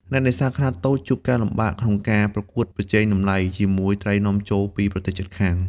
អ្នកនេសាទខ្នាតតូចជួបការលំបាកក្នុងការ ប្រកួតប្រជែងតម្លៃ ជាមួយត្រីនាំចូលពីប្រទេសជិតខាង។